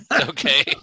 Okay